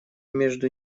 между